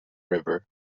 river